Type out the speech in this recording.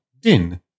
din